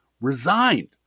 resigned